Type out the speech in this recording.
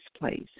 place